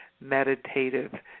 meditative